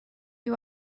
you